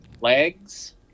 legs